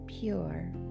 pure